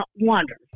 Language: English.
wonder